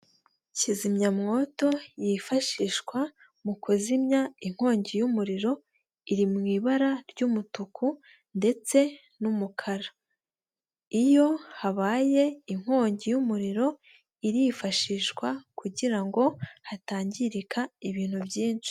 Kizimya mwoto yifashishwa mu kuzimya inkongi y'umuriro, iri mu ibara ry'umutuku ndetse n'umukara, iyo habaye inkongi y'umuriro, irifashishwa kugira ngo hatangirika ibintu byinshi.